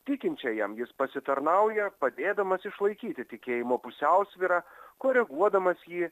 tikinčiajam jis pasitarnauja padėdamas išlaikyti tikėjimo pusiausvyrą koreguodamas jį